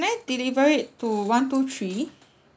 deliver it to one two three